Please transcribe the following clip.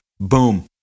boom